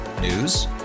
News